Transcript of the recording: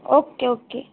okay okay